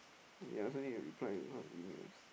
ya I also need to reply to a lot of emails